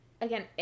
again